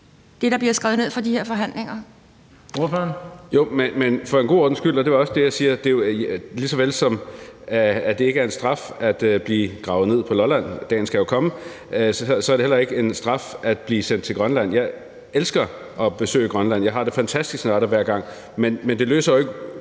det, der bliver skrevet ned fra de her forhandlinger.